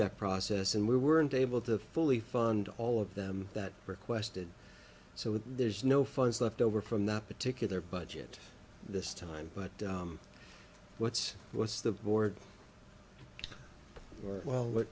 that process and we weren't able to fully fund all of them that requested so that there's no funds left over from that particular budget this time but what's what's the board well